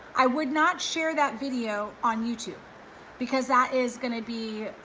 i would not share that video on youtube because that is gonna be